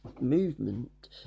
movement